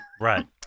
Right